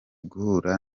guhura